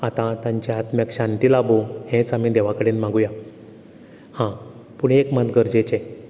आतां तांच्या आत्म्याक शांती लाबूं हेंच आमी देवा कडेन मागुया हा पूण एक मात गरजेचें